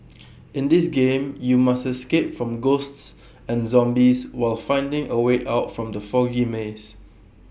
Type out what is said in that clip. in this game you must escape from ghosts and zombies while finding A way out from the foggy maze